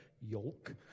yolk